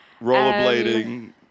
rollerblading